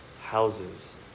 houses